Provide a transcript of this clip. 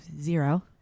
zero